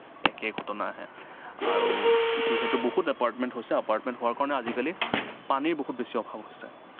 একেই ঘটনা আহে আৰু যিহেতু বহুত এপাৰ্টমেণ্ট হৈছে এপাৰ্টমেণ্ট হোৱাৰ কাৰণে আজিকালি পানীৰ বহুত বেছি অভাৱ হৈছে